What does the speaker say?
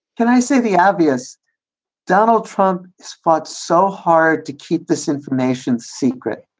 that i say the obvious donald trump fought so hard to keep this information secret.